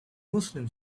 muslim